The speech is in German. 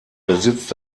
besitzt